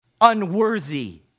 unworthy